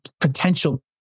potential